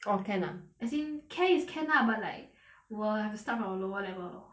orh can ah as in can is can lah but like we'll have to start from a lower level lor